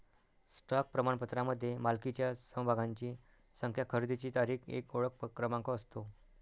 stock प्रमाणपत्रामध्ये मालकीच्या समभागांची संख्या, खरेदीची तारीख, एक ओळख क्रमांक असतो